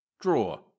Draw